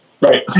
Right